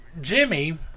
jimmy